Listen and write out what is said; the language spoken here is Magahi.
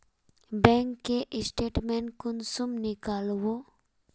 बैंक के स्टेटमेंट कुंसम नीकलावो?